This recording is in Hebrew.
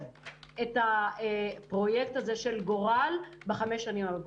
את הפרויקט הזה של גורל בחמש השנים הבאות?